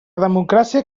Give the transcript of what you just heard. democràcia